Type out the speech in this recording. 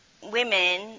women